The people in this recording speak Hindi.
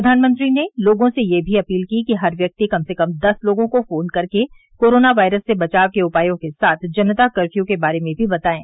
प्रधानमंत्री ने लोगों से यह भी अपील की कि हर व्यक्ति कम से कम दस लोगों को फोन करके कोरोना वायरस से बचाव के उपायों के साथ जनता कर्फय् के बारें में भी बताएं